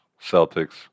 Celtics